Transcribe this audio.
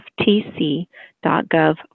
ftc.gov